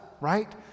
right